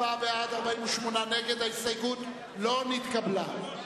24 בעד, 48 נגד, ההסתייגות לא נתקבלה.